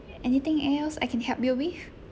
anything else I can help you with